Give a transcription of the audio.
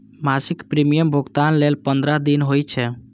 मासिक प्रीमियम भुगतान लेल पंद्रह दिन होइ छै